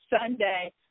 Sunday